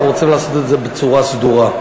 אנחנו רוצים לעשות את זה בצורה סדורה.